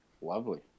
Lovely